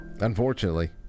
Unfortunately